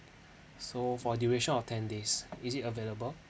so for duration of ten days is it available